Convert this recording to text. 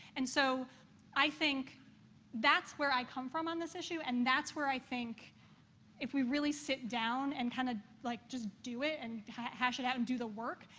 and so i think that's where i come from on this issue, and that's where i think if we really sit down and kind of, like, just do it and hash it out and do the work,